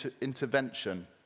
intervention